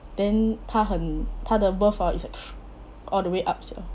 then 他很他的 birth hor is like shoot all the way up